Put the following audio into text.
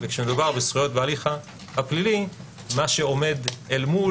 וכשמדובר בזכויות בהליך הפלילי מה שעומד אל מול